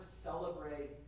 celebrate